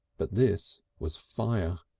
but this was fire!